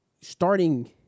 starting